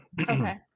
Okay